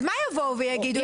אז מה יבואו ויגידו?